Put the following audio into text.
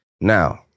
Now